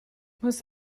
most